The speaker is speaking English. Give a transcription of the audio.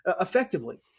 effectively